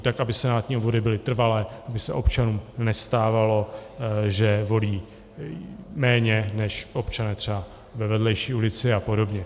Tak, aby senátní obvody byly trvalé, aby se občanům nestávalo, že volí méně než občané třeba ve vedlejší ulici a podobně.